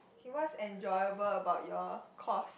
okay what's enjoyable about your course